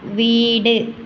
വീട്